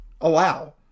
allow